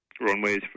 runways